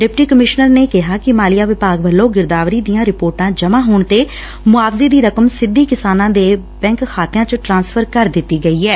deputy commissioner ਨੇ ਕਿਹਾ ਕਿ ਮਾਲੀਆ ਵਿਭਾਗ ਵੱਲੋਂ ਗਿਰਦਾਵਰੀ ਦੀਆਂ ਰਿਪੋਰਟਾਂ ਜਮ੍ਜਾਂ ਹੋਣ ਤੇ ਮੁਆਵਜੇ ਦੀ ਰਕਮ ਸਿੱਧੀ ਕਿਸਾਨਾਂ ਦੇ ਖਾਤਿਆਂ ਚ ਟਰਾਂਸਫਰ ਕਰ ਦਿੱਤੀ ਗਈ ਐ